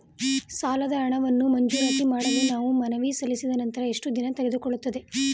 ಸಾಲದ ಹಣವನ್ನು ಮಂಜೂರಾತಿ ಮಾಡಲು ನಾವು ಮನವಿ ಸಲ್ಲಿಸಿದ ನಂತರ ಎಷ್ಟು ದಿನ ತೆಗೆದುಕೊಳ್ಳುತ್ತದೆ?